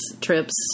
trips